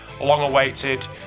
long-awaited